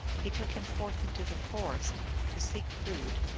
he took him forth into the forest to seek food,